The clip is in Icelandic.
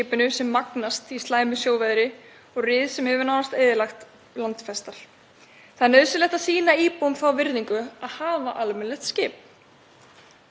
Að síðari fyrirspurn minni: Hyggst ráðherra beita sér fyrir því að ferjur á skilgreindum ferjuleiðum verði endurnýjaðar í ljósi markmiða ríkisstjórnarinnar um orkuskipti?